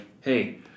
hey